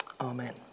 amen